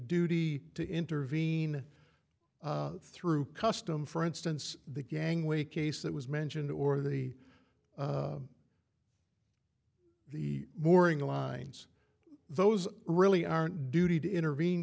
duty to intervene through custom for instance the gangway case that was mentioned or the the morning lines those really aren't duty to intervene